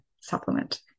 supplement